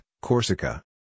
Corsica